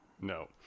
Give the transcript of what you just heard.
No